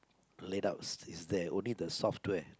layout is there only the software